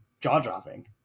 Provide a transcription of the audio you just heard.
jaw-dropping